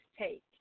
take